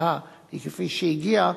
שהתוצאה היא כפי שהגיעה